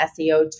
SEO